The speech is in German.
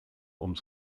ums